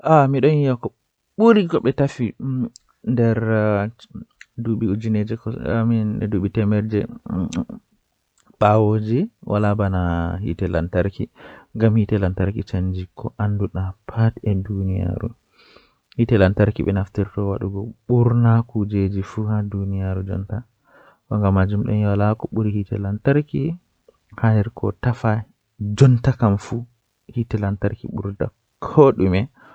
Miyiɗi batday am laata miɗon wondi be sobiraaɓe am miɗon wondi be iyaalu am Miɗo yiɗi waylude kaɗɗo e mawniraaɓe e yimɓe woɗɓe nguurndam. Miɗo waawi waɗde koƴƴe e teelnde, ko waɗi cuɓoraaji ngal ngam mi yiɗi heɓɓude jokkondirde e jemmaaji.